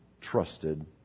trusted